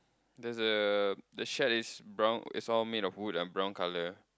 there's a the shade is brown it's all made from wood and brown colour